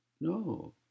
no